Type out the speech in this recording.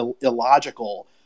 illogical